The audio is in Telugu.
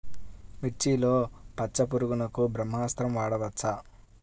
మిర్చిలో పచ్చ పురుగునకు బ్రహ్మాస్త్రం వాడవచ్చా?